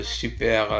super